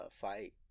fight